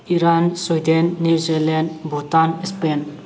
Iran Sweden New Zealand Bhutan Spain